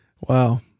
Wow